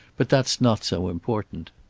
but that's not so important.